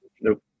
Nope